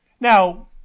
now